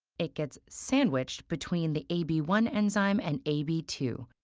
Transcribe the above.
it gets sandwiched between the a b one enzyme and a b two,